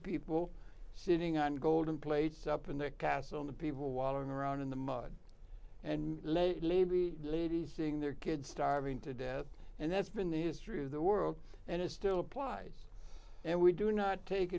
people sitting on golden plates up in the castle in the people wallowing around in the mud and lady lady lady seeing their kids starving to death and that's been the history of the world and it still applies and we do not take